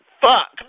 Fuck